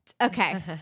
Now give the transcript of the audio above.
Okay